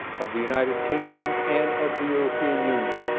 of the united kingdom, and of the european union,